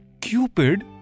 Cupid